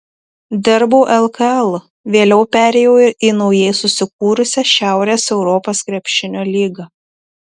dirbau lkl vėliau perėjau į naujai susikūrusią šiaurės europos krepšinio lygą